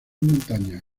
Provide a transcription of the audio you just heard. montañas